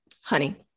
Honey